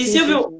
Silvio